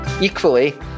Equally